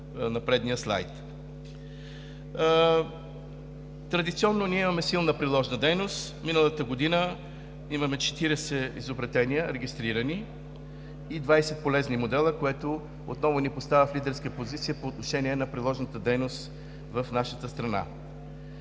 Традиционно ние имаме силна приложна дейност. Миналата година имаме 40 регистрирани изобретения и 20 полезни модела, което отново ни поставя в лидерска позиция по отношение на приложната дейност в нашата страна.